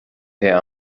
her